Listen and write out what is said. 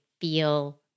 feel